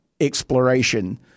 exploration